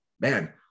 man